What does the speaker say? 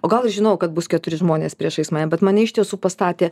o gal aš žinojau kad bus keturi žmonės priešais mane bet mane iš tiesų pastatė